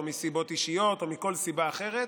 או אישיות או מכל סיבה אחרת,